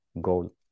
goal